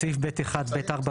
בסעיף (ב1)(ב)(4)